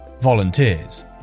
volunteers